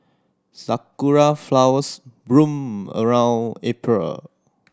sakura flowers bloom around April